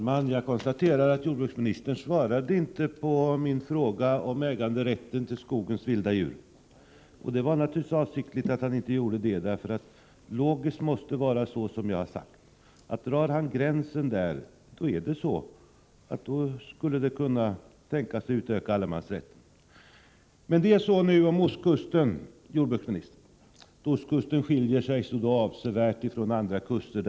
Fru talman! Jag konstaterar att jordbruksministern inte svarade på min fråga om äganderätten när det gäller skogens vilda djur. Det var naturligtvis avsiktligt. Logiskt måste det vara så som jag har sagt. Drar han gränsen där, skulle det kunna tänkas att allemansrätten utökas. Ostkusten skiljer sig, jordbruksministern, avsevärt från andra kuster.